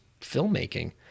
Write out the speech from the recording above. filmmaking